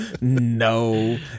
No